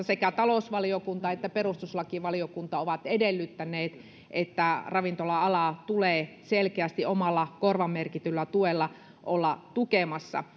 sekä talousvaliokunta että perustuslakivaliokunta ovat edellyttäneet että ravintola alaa tulee selkeästi omalla korvamerkityllä tuella olla tukemassa